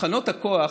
תחנות הכוח,